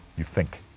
you think,